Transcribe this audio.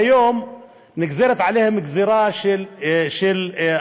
היום נגזרת עליהם גזירה של הריסות.